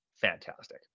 Fantastic